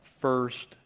first